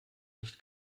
nicht